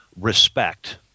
respect